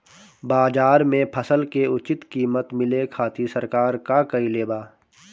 बाजार में फसल के उचित कीमत मिले खातिर सरकार का कईले बाऽ?